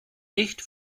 nicht